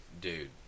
dude